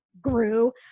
grew